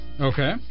Okay